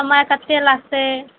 समय कते लागतय